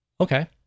Okay